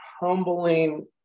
humbling